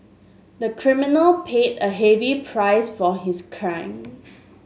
the criminal paid a heavy price for his crime